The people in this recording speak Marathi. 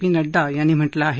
पी नड्डा यांनी म्हटलं आहे